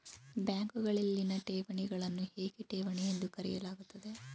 ಬ್ಯಾಂಕುಗಳಲ್ಲಿನ ಠೇವಣಿಗಳನ್ನು ಏಕೆ ಠೇವಣಿ ಎಂದು ಕರೆಯಲಾಗುತ್ತದೆ?